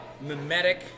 mimetic